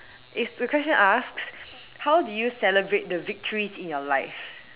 is the question asked how do you celebrate the victories in your life